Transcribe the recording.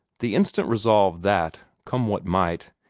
the instant resolve that, come what might,